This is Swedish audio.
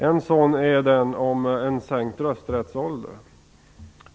En sådan fråga gäller sänkt rösträttsålder.